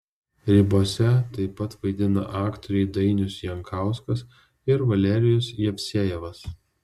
ribose taip pat vaidina aktoriai dainius jankauskas ir valerijus jevsejevas